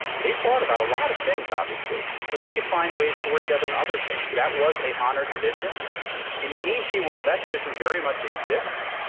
they fought about a lot of things, obviously, but they could find ways to work together and other things. that was a honored tradition in the a g world. that tradition very much exists.